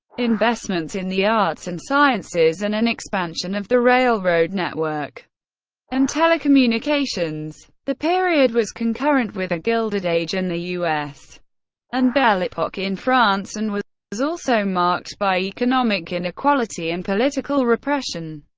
investments in the arts and sciences and an expansion of the railroad network and telecommunications. the period was concurrent with the gilded age in the us and belle epoque in france and was also marked by economic inequality and political repression.